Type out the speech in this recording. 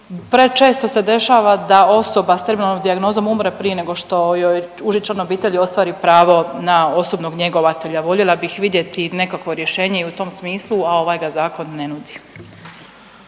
prečesto se dešava da osoba s terminalnom dijagnozom umre prije nego što joj uži član obitelji ostvari pravo na osobnog njegovatelja. Voljela bih vidjeti nekakvo rješenje i u tom smislu, a ovaj ga Zakon ne nudi.